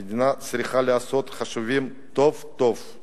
המדינה צריכה לעשות חישובים טוב טוב,